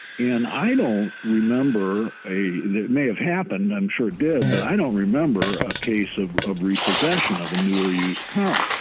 and i don't remember a it may have happened, i'm sure it did but i don't remember a case of of repossession of a new or used car.